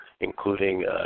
including